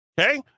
Okay